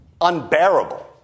unbearable